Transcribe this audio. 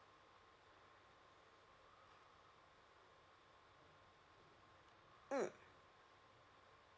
mm